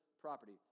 property